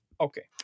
Okay